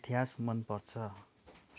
इतिहास मनपर्छ